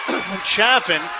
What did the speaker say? Chaffin